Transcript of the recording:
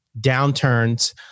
downturns